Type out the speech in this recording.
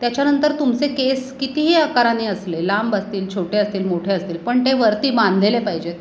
त्याच्यानंतर तुमचे केस कितीही आकाराने असले लांब असतील छोटे असतील मोठे असतील पण ते वरती बांधलेले पाहिजेत